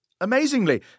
Amazingly